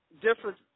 different